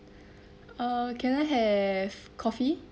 uh can I have coffee